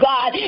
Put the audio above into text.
God